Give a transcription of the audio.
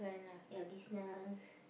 ya business